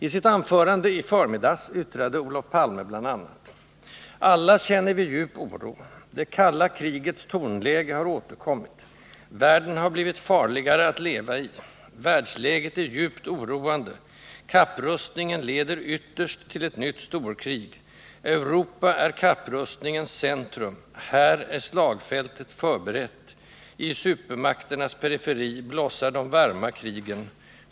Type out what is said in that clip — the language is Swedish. Isitt anförande i förmiddags yttrade Olof Palme bl.a.: Alla känner vi djup oro. Det kalla krigets tonläge har återkommit. Världen har blivit farligare att levai. Världsläget är djupt oroande. Kapprustningen leder ytterst till ett nytt storkrig. Europa är kapprustningens centrum. Här är slagfältet förberett. I supermakternas periferi blossar de varma krigen.